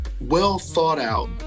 well-thought-out